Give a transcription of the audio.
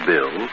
Bill